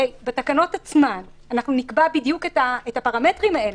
הרי בתקנות עצמן נקבע בדיוק את הפרמטרים האלה.